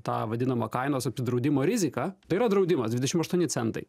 tą vadinamą kainos apsidraudimo riziką tai yra draudimas dvidešim aštuoni centai